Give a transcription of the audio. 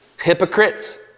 hypocrites